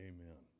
Amen